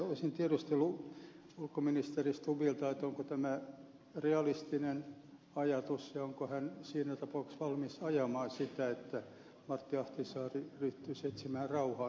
olisin tiedustellut ulkoministeri stubbilta onko tämä realistinen ajatus ja onko hän siinä tapauksessa valmis ajamaan sitä että martti ahtisaari ryhtyisi etsimään rauhaa tähän konfliktiin